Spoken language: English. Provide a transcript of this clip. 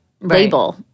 label